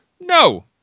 No